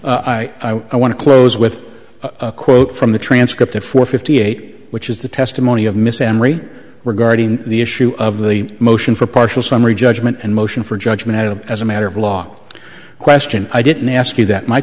finally i want to close with a quote from the transcript of four fifty eight which is the testimony of misandry regarding the issue of the motion for partial summary judgment and motion for judgment of as a matter of law question i didn't ask you that my